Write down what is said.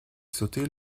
sauter